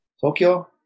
Tokyo